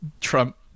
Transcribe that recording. Trump